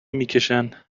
میکشن